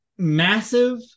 massive